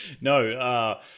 No